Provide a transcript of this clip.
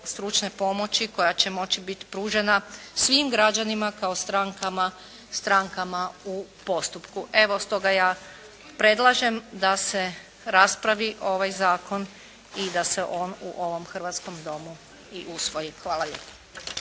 stručne pomoći koja će moći biti pružena svim građanima kao strankama u postupku. Evo, stoga ja predlažem da se raspravi ovaj Zakon i da se on u ovom hrvatskom Domu i usvoji. Hvala lijepo.